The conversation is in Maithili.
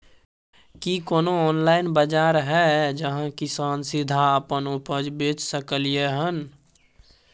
की कोनो ऑनलाइन बाजार हय जहां किसान सीधा अपन उपज बेच सकलय हन?